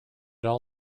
all